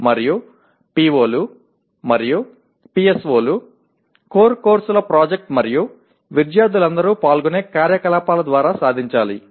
మరియు PO లు మరియు PSO లు కోర్ కోర్సుల ప్రాజెక్ట్ మరియు విద్యార్థులందరూ పాల్గొనే కార్యకలాపాల ద్వారా సాధించాలి